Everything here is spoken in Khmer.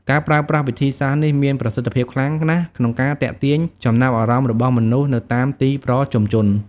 ការប្រើប្រាស់វិធីសាស្ត្រនេះមានប្រសិទ្ធភាពខ្លាំងណាស់ក្នុងការទាក់ទាញចំណាប់អារម្មណ៍របស់មនុស្សនៅតាមទីប្រជុំជន។